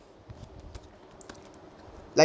like